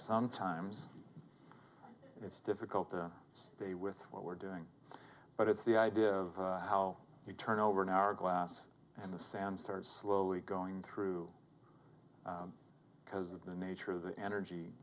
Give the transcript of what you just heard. sometimes it's difficult to say with what we're doing but it's the idea of how you turn over an hour glass in the sand started slowly going through because of the nature of the energy